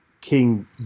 King